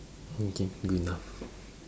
okay good enough